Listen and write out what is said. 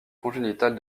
congénitale